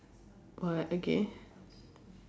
what okay